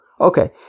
Okay